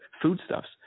foodstuffs